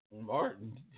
Martin